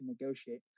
negotiate